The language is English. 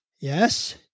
Yes